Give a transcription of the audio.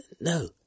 No